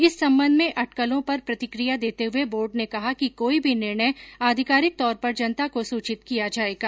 इस संबंध में अटकलों पर प्रतिक्रिया देते हुये बोर्ड ने कहा कि कोई भी निर्णय अधिकारिक तौर पर जनता को सूचित किया जायेगा